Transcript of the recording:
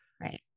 Right